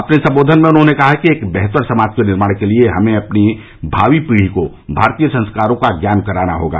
अपने संबोधन में उन्होंने कहा कि एक बेहतर समाज के निर्माण के लिये हमें अपनी भावी पीढ़ी को भारतीय संस्कारों का ज्ञान कराना होगा